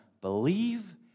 believe